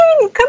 come